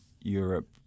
Europe